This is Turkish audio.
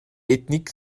etnik